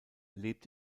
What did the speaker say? lebt